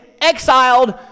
exiled